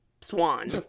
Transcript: swan